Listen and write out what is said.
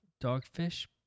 dogfish